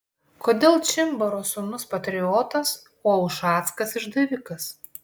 kodėl čimbaro sūnus patriotas o ušackas išdavikas